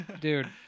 Dude